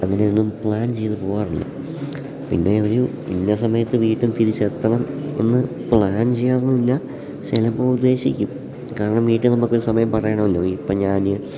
അങ്ങനെയൊന്നും പ്ലാൻ ചെയ്തു പോവാറില്ല പിന്നെ ഒരു ഇന്ന സമയത്ത് വീട്ടിൽ തിരിച്ചെത്തണം എന്നു പ്ലാൻ ചെയ്യാറുമില്ല ചിലപ്പോൾ ഉദ്ദേശിക്കും കാരണം വീട്ടിൽ നമുക്കൊരു സമയം പറയണമല്ലോ ഇപ്പം ഞാൻ